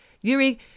Yuri